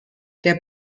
der